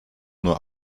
nur